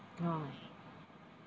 orh